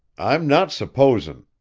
i'm not supposing,